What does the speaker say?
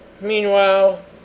Meanwhile